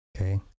okay